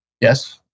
Yes